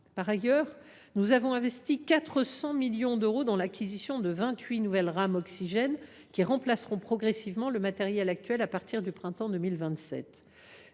Par ailleurs, nous avons investi 400 millions d’euros dans l’acquisition de vingt huit nouvelles rames Oxygène qui remplaceront progressivement le matériel actuel à partir du printemps 2027.